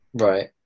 Right